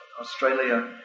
Australia